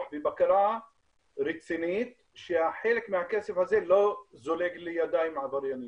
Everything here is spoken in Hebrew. ובקרה רצינית שחלק מהכסף הזה לא זולג לידיים עברייניות.